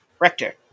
Rector